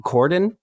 Corden